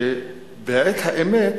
שבעת האמת